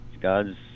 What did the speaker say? God's